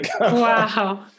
Wow